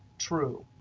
true.